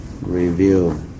review